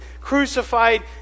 crucified